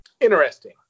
interesting